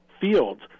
fields